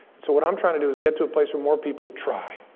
so what i'm trying to do is get to a place where more people try.